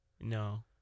No